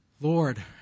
Lord